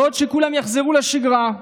בעוד שכולם יחזרו לשגרה,